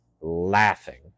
laughing